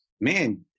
man